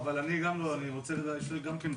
אני עשיתי את החוק הזה.